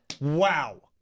wow